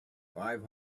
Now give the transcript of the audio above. five